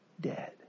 dead